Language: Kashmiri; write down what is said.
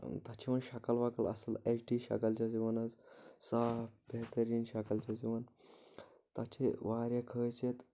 تتھ چھِ یِوان شکٕل وکٕل اصل اٮ۪چ ٹی شکٕل چھس یِوان حظ صاف بہتریٖن شکٕل چھس یِوان تتھ چھِ واریاہ خٲصیت